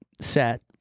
set